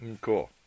Cool